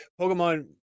Pokemon